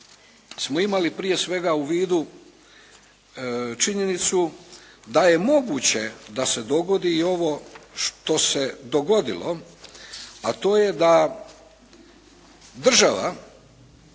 smo imali prije svega u vidu činjenicu da je moguće da se dogodi i ovo što se dogodilo, a to je da država